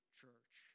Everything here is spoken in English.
church